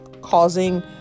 causing